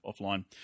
offline